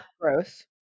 gross